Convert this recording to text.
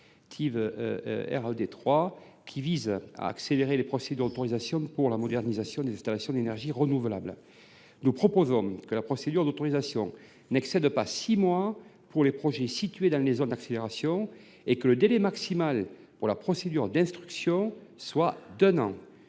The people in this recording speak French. but est d’accélérer les procédures d’autorisation pour la modernisation des installations d’énergie renouvelable. Nous proposons que la procédure d’octroi de l’autorisation n’excède pas six mois pour les projets situés en zone d’accélération et que le délai maximal de l’instruction soit d’un an.